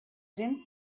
didn’t